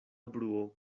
bruo